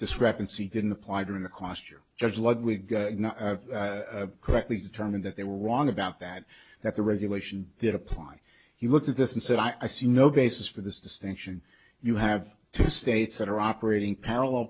discrepancy didn't apply during the coster judge ludwig correctly determined that they were wrong about that that the regulation did apply he looked at this and said i see no basis for this distinction you have two states that are operating pa